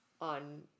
on